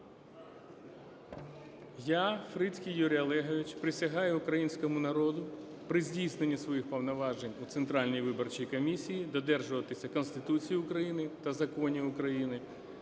Я, Фрицький Юрій Олегович, присягаю Українському народу при здійсненні своїх повноважень у Центральній виборчій комісії додержуватися Конституції України та законів України,